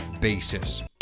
basis